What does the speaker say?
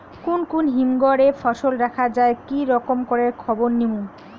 কুন কুন হিমঘর এ ফসল রাখা যায় কি রকম করে খবর নিমু?